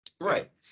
Right